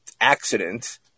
accident